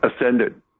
ascended